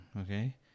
okay